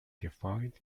defined